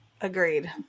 Agreed